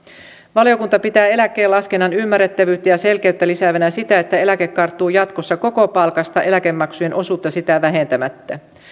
valiokunta pitää eläkelaskennan ymmärrettävyyttä ja selkeyttä lisäävänä sitä että eläke karttuu jatkossa koko palkasta eläkemaksujen osuutta siitä vähentämättä